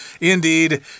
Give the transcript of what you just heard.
indeed